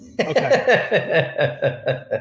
Okay